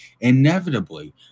inevitably